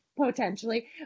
potentially